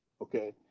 okay